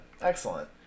Excellent